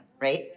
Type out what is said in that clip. right